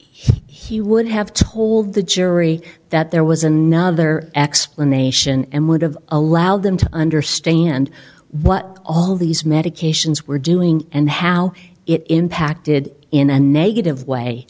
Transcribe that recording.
he would have told the jury that there was another explanation and would've allowed them to understand what all of these medications were doing and how it impacted in a negative way